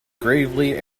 gravely